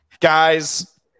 Guys